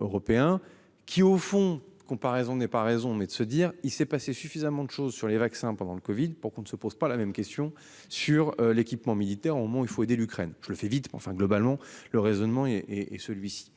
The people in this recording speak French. Européen qui, au fond, comparaison n'est pas raison mais de se dire, il s'est passé suffisamment de choses sur les vaccins pendant le Covid pour qu'on ne se pose pas la même question sur l'équipement militaire au moment où il faut aider l'Ukraine. Je le fais vite mais enfin globalement le raisonnement et et celui-ci.